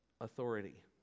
authority